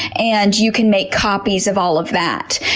and you can make copies of all of that.